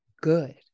good